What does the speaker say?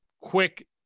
quick